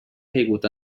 caigut